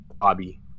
Bobby